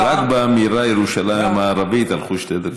רק באמירה "ירושלים המערבית" הלכו שתי דקות.